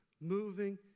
moving